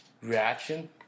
reaction